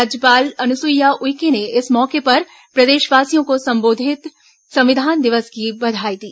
राज्यपाल अनुसुईया उइके ने इस मौके पर प्रदेशवासियों को संविधान दिवस की बधाई दी